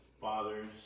fathers